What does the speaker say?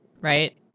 right